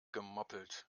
gemoppelt